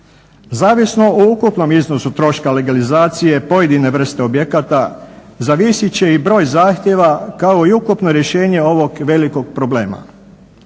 Zavisno o ukupnom iznosu troška legalizacije pojedine vrste objekata zavisit će i broj zahtjeva kao i ukupno rješenje ovog velikog problema.